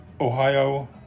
Ohio